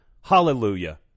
Hallelujah